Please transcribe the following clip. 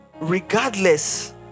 regardless